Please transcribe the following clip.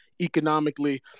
economically